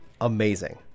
amazing